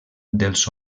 dels